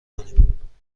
کنیم